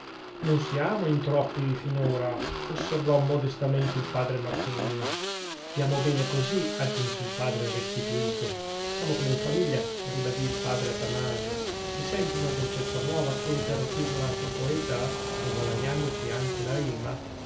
non siamo in troppi finora osservò modestamente il padre marcellino stiamo bene così aggiunse il padre restituto siamo come in famiglia ribadì il padre atanasio si sente una dolcezza nuova che per dirla col poeta e guadagnandoci anche la rima